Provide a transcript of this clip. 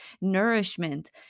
nourishment